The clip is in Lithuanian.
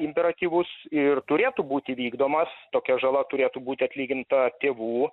imperatyvus ir turėtų būti vykdomas tokia žala turėtų būti atlyginta tėvų